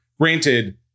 Granted